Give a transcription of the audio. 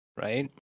Right